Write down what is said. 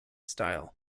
style